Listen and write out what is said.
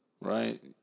right